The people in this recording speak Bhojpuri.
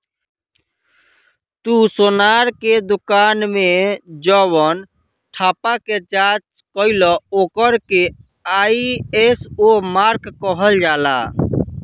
तू सोनार के दुकान मे जवन ठप्पा के जाँच कईल ओकर के आई.एस.ओ मार्क कहल जाला